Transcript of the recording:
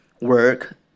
work